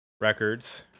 Records